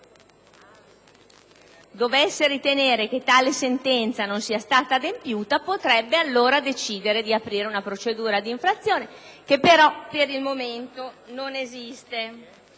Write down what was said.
dovesse ritenere che tale sentenza non sia stata adempiuta, potrebbe allora decidere di aprire una procedura d'infrazione, che però, per il momento, non esiste.